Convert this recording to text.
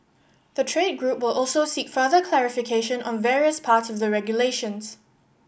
the trade group will also seek further clarification on various parts of the regulations